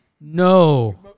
No